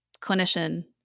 clinician